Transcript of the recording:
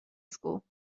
school